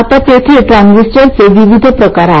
आता तेथे ट्रान्झिस्टरचे विविध प्रकार आहेत